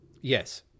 Yes